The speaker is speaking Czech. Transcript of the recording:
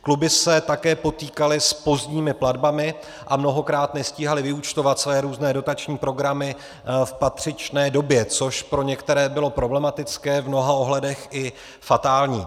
Kluby se také potýkaly s pozdními platbami a mnohokrát nestíhaly vyúčtovat své různé dotační programy v patřičné době, což pro některé bylo problematické, v mnoha ohledech i fatální.